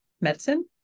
medicine